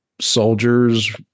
soldiers